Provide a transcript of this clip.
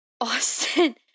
Austin